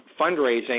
fundraising